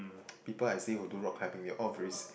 people I see who do rock climbing they all very